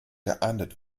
geahndet